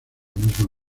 misma